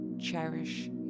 cherish